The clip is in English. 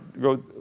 go